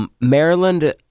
Maryland